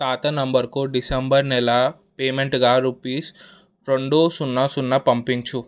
తాత నంబరుకు డిసెంబర్ నెల పేమెంటుగా రుపీస్ రెండు సున్నా సున్నా పంపించు